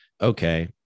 Okay